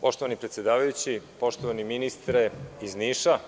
Poštovani predsedavajući, poštovani ministre iz Niša